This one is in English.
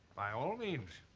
by all means.